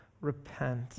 repent